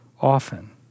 often